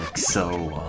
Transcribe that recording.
so